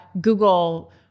Google